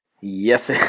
Yes